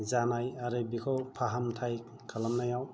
जानाय आरो बेखौ फाहामथाय खलामनायाव